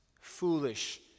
foolish